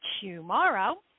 tomorrow